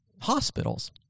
hospitals